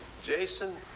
jason,